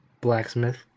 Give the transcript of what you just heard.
Blacksmith